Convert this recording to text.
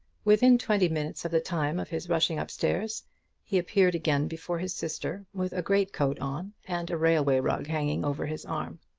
within twenty minutes of the time of his rushing up-stairs he appeared again before his sister with a great-coat on, and a railway rug hanging over his arm.